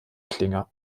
klinger